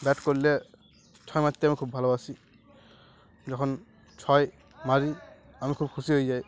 bat করলে ছয় মারতে আমি খুব ভালোবাসি যখন ছয় মারি আমি খুব খুশি হয়ে যাই